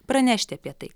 pranešti apie tai